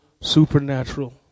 supernatural